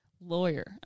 lawyer